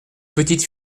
petite